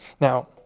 Now